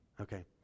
Okay